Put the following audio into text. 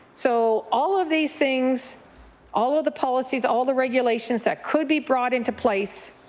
so all of these things all of the policies, all the regulations that could be brought into place,